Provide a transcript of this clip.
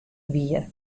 wier